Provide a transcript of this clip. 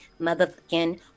Motherfucking